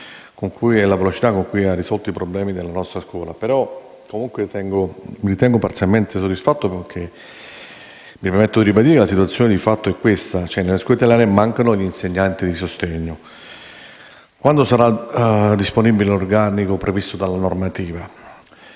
solerzia e l'attenzione con cui ha risposto ai problemi della nostra scuola. Mi ritengo però parzialmente soddisfatto perché mi permetto di ribadire che la situazione di fatto è che nelle scuole italiane mancano gli insegnanti di sostegno. Quando sarà disponibile l'organico previsto dalla normativa,